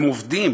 הם עובדים,